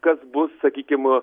kas bus sakykim